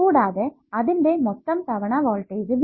കൂടാതെ അതിന്റെ മൊത്തം തവണ വോൾട്ടേജ് V